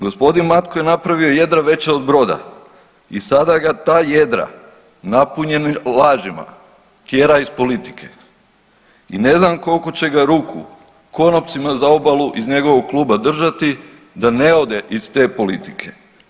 Gospodin Matko je napravio jedra veća od broda i sada ga ta jedra napunjena lažima tjera iz politike i ne znam koliko će ga ruku konopcima za obalu iz njegovog kluba držati da ne ode iz te politike.